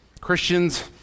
Christians